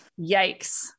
Yikes